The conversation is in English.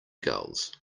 gulls